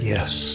Yes